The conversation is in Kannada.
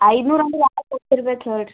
ಐದ್ನೂರು ಅಂದ್ರೆ ಯಾರು ಕೊಡ್ತಿರ್ಬೇಕು ಹೇಳ್ರಿ